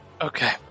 Okay